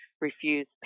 refuse